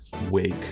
wake